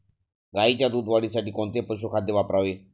गाईच्या दूध वाढीसाठी कोणते पशुखाद्य वापरावे?